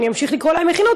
ואני אמשיך לקרוא להן מכינות,